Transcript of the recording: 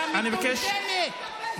יא מטומטמת,